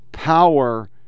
Power